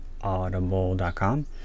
audible.com